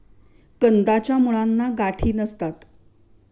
कंदाच्या मुळांना गाठी नसतात